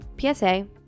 psa